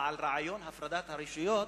בעל רעיון הפרדת הרשויות,